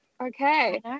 Okay